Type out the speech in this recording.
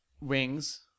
Wings